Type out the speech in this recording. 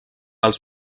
els